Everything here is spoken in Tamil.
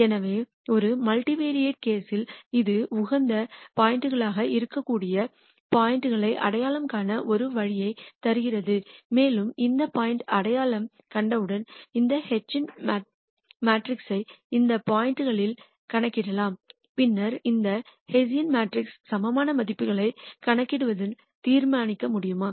எனவே ஒரு மல்டிவெரைட் கேஸ்யில் இது உகந்த பாயிண்ட் களாக இருக்கக்கூடிய பாயிண்ட் களை அடையாளம் காண ஒரு வழியைத் தருகிறது மேலும் அந்த பாயிண்ட் களை அடையாளம் கண்டவுடன் இந்த ஹெசியன் மேட்ரிக்ஸை அந்த பாயிண்ட் களில் கணக்கிடலாம் பின்னர் இந்த ஹெஸியன் மேட்ரிக்ஸின் சமமான மதிப்பீடுகளை கணக்கிடுவது தீர்மானிக்க முடியுமா